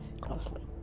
closely